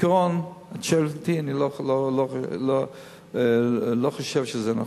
בעיקרון, אם את שואלת אותי, אני לא חושב שזה נכון,